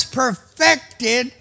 perfected